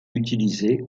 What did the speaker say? utilisé